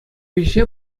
ӗҫе